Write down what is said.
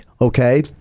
Okay